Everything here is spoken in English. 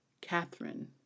Catherine